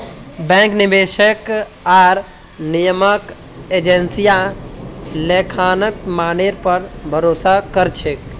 bank, निवेशक आर नियामक एजेंसियां लेखांकन मानकेर पर भरोसा कर छेक